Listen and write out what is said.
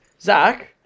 Zach